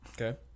okay